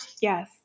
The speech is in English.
yes